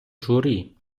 журі